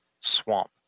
swamp